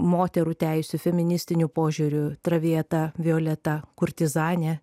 moterų teisių feministiniu požiūriu traviata violeta kurtizanė